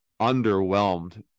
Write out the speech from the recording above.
underwhelmed